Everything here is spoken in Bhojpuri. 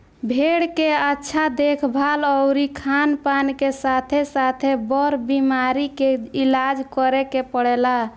भेड़ के अच्छा देखभाल अउरी खानपान के साथे साथे, बर बीमारी के इलाज करे के पड़ेला